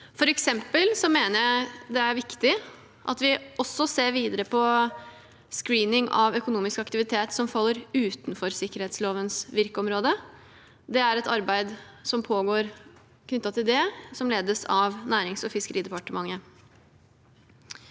For eksempel mener jeg det er viktig at vi også ser videre på screening av økonomisk aktivitet som faller utenfor sikkerhetslovens virkeområde. Det er et arbeid som pågår knyttet til det, og som ledes av Nærings- og fiskeridepartementet.